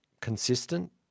consistent